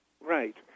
Right